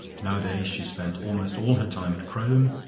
nowadays she spent almost all her time at crome,